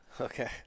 Okay